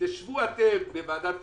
תשבו אתם בוועדת כספים,